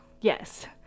Yes